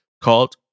called